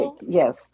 yes